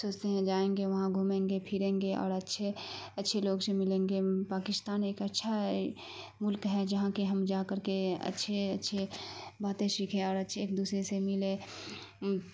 سوچتے ہیں جائیں گے وہاں گھومیں گے پھریں گے اور اچھے اچھے لوگ سے ملیں گے پاکستان ایک اچھا ملک ہے جہاں کہ ہم جا کر کے اچھے اچھے باتیں سیکھیں اور اچھے ایک دوسرے سے ملے